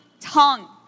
tongue